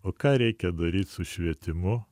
o ką reikia daryt su švietimu